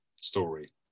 story